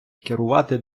керувати